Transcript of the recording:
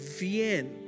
bien